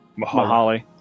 Mahali